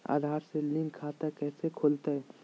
आधार से लिंक खाता कैसे खुलते?